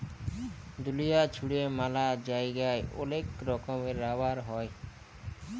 দুলিয়া জুড়ে ম্যালা জায়গায় ওলেক রকমের রাবার হ্যয়